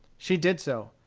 she did so.